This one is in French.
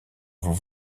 vous